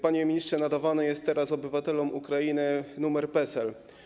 Panie ministrze, nadawane są teraz obywatelom Ukrainy numery PESEL.